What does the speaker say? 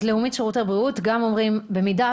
אז גם לאומית שירותי בריאות אומרים שבמידה